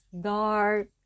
dark